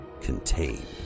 Contain